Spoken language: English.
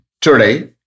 Today